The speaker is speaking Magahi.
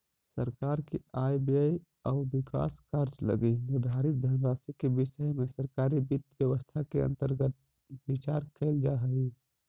सरकार के आय व्यय आउ विकास कार्य लगी निर्धारित धनराशि के विषय में सरकारी वित्त व्यवस्था के अंतर्गत विचार कैल जा हइ